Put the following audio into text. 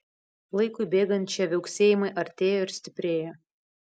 laikui bėgant šie viauksėjimai artėjo ir stiprėjo